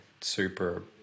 super